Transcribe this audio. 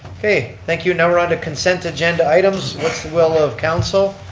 okay, thank you, now we're on to consent agenda items, what's the will of council,